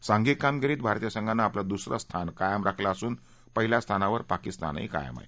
सांघिक कामगिरीत भारतीय संघानं आपलं दुसरं स्थान कायम राखलं असून पहिल्या स्थानावर पाकिस्तानही कायम आहे